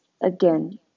again